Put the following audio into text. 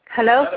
Hello